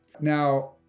Now